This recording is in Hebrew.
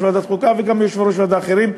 ועדת החוקה וגם מיושבי-ראש ועדות אחרים,